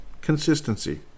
Consistency